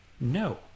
No